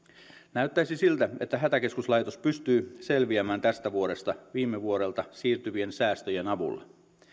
näyttäisi siltä että hätäkeskuslaitos pystyy selviämään tästä vuodesta viime vuodelta siirtyvien säästöjen avulla